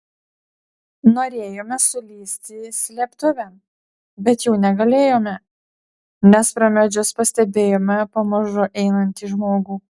norėjome sulįsti slėptuvėn bet jau negalėjome nes pro medžius pastebėjome pamažu einantį žmogų